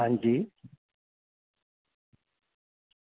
हां जी